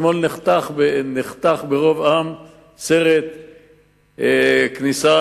אתמול נחתך ברוב-עם סרט כניסה